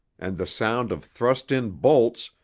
and the sound of thrust-in bolts,